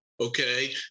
Okay